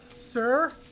Sir